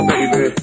Baby